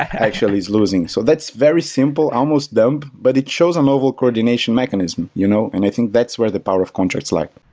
actually is losing. so that's very simple, almost dumb, but it shows a novel coordination mechanism. you know and i think that's where the power of contracts like